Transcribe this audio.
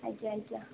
ଆଜ୍ଞା ଆଜ୍ଞା